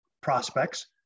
prospects